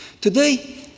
Today